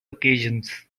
occasions